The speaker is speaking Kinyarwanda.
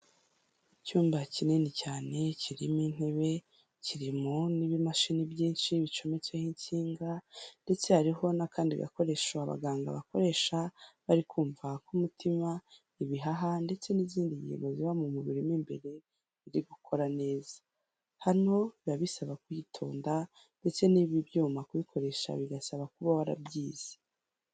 Icyumba kinini cyane kirimo intebe, kirimo n’ibimashini byinshi bicometseho insinga. Ndetse hariho n’akandi gakoresho abaganga bakoresha, bari kumva niba umutima, ibihaha, ndetse n’izindi ngingo ziba mu mubiri imbere, biri gukora neza. Hano, biba bisaba kwitonda, kandi ikoreshwa ry’ibi byuma risaba kuba warabyize.